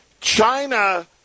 China